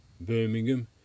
Birmingham